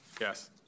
Yes